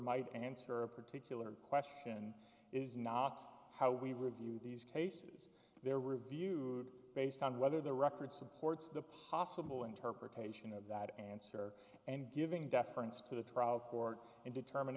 might answer a particular question is not how we review these cases their review based on whether the record supports the possible interpretation of that answer and giving deference to the trial court and determin